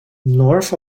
north